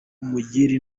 umugire